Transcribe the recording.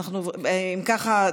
אם כך,